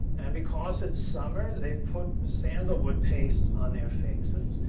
and because it's summer, they've put sandalwood paste on their faces.